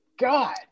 God